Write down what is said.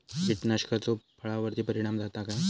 कीटकनाशकाचो फळावर्ती परिणाम जाता काय?